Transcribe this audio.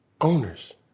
owners